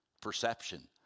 Perception